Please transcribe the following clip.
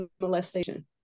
molestation